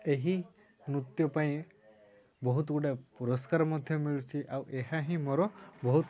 ଏହି ନୃତ୍ୟ ପାଇଁ ବହୁତ ଗୁଡ଼ାଏ ପୁରସ୍କାର ମଧ୍ୟ ମିଲିଛି ଆଉ ଏହା ହିଁ ମୋର ବହୁତ